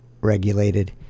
regulated